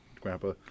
grandpa